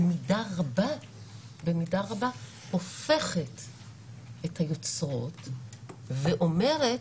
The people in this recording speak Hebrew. במידה רבה הופכת את היוצרות ואומרת